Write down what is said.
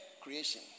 creation